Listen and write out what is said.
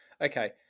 Okay